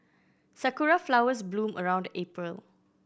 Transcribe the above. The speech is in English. sakura flowers bloom around April